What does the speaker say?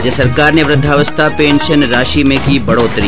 राज्य सरकार ने वृद्धावस्था पेंशन राशि में की बढ़ोतरी